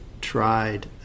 tried